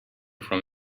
from